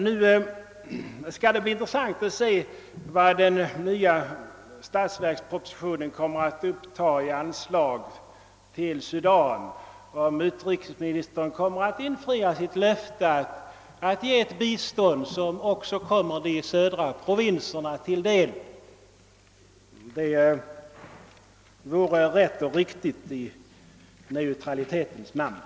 Nu skall det bli intressant att se vad den nya statsverkspropositionen kommer att uppta i anslag till Sudan och huruvida utrikesministern kommer att infria sitt löfte att föreslå ett bistånd som också kommer de södra provinserna till del. Det vore rätt och riktigt i humanitetens och neutralitetens namn.